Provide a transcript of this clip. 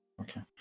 okay